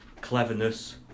cleverness